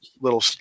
little